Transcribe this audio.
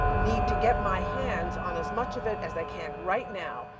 need to get my hands on as much of it as i can right now,